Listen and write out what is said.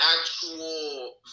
actual